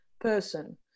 person